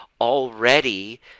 already